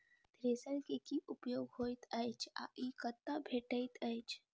Thresher केँ की उपयोग होइत अछि आ ई कतह भेटइत अछि?